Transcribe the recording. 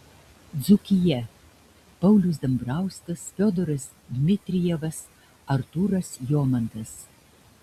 dzūkija paulius dambrauskas fiodoras dmitrijevas artūras jomantas